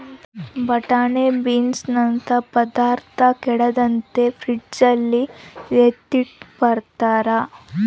ಬಟಾಣೆ ಬೀನ್ಸನಂತ ಪದಾರ್ಥ ಕೆಡದಂಗೆ ಫ್ರಿಡ್ಜಲ್ಲಿ ಎತ್ತಿಟ್ಕಂಬ್ತಾರ